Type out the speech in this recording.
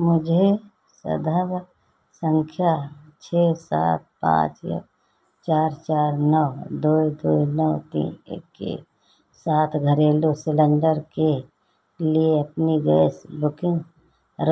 मुझे सधब संख्या छः सात पाँच ये चार चार नौ दो दो नौ तीन एक के साथ घरेलू सिलिंडर के लिए अपनी गैस बुकिंग